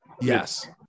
Yes